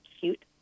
cute